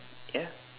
ya